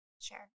Sure